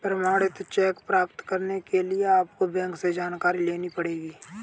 प्रमाणित चेक प्राप्त करने के लिए आपको बैंक से जानकारी लेनी पढ़ेगी